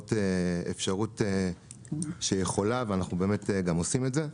זאת אפשרות שיכולה, ואנחנו באמת גם עושים את זה.